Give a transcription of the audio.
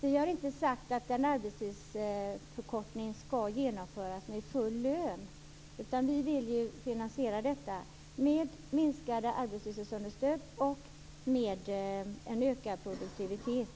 Vi har inte sagt att en arbetsförkortning skall genomföras med full lön, utan vi vill finansiera den med minskade arbetslöshetsunderstöd och en ökad produktivitet.